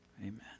amen